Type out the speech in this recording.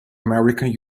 american